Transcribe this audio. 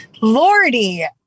Lordy